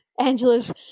Angela's